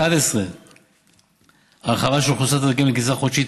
11. הרחבה של אוכלוסיית הזכאים לקצבה חודשית